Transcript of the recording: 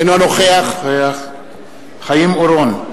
אינו נוכח חיים אורון,